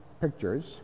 pictures